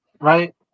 right